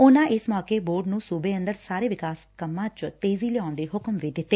ਉਨਾ ਇਸ ਮੌਕੇ ਬੋਰਡ ਨੰ ਸੁਬੇ ਅੰਦਰ ਸਾਰੇ ਵਿਕਾਸ ਕੰਮਾਂ ਚ ਤੇਜੀ ਲਿਆਉਣ ਦੇ ਹਕਮ ਵੀ ਦਿੱਤੇ